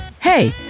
Hey